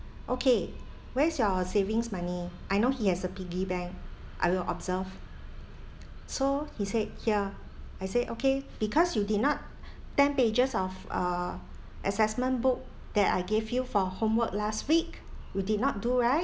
okay where's your savings money I know he has a piggy bank I will observe so he said here I said okay because you did not ten pages of uh assessment book that I gave you for homework last week you did not do right